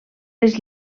les